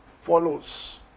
follows